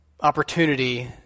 opportunity